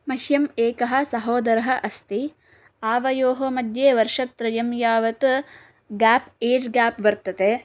मह्यम् एकः सहोदरः अस्ति आवयोः मध्ये वर्षत्रयं यावत् गेप् एज् गेप् वर्तते